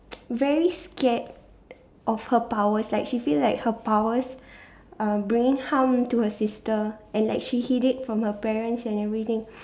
very scared of her powers like she feel like her powers uh bring harm to her sister and like she hid it from her parents and everything